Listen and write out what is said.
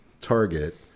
target